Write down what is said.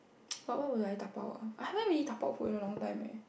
but what would I dabao ah I haven't really dabao food in a long time leh